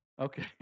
Okay